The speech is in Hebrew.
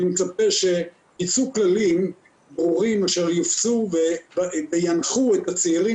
אני מצפה שיצאו כללים ברורים שיופצו וינחו את הצעירים